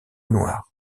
noires